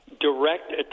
direct